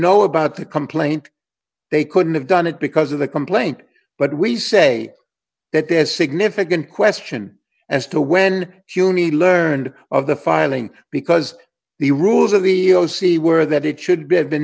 know about the complaint they couldn't have done it because of the complaint but we say that there is significant question as to when she learned of the filing because the rules of the o c were that it should